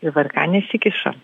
ir vrk nesikiša